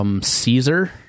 Caesar